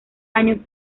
años